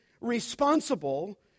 responsible